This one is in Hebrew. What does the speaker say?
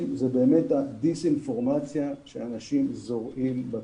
זה באמת הדיסאינפורמציה שאנשים זורעים בציבור,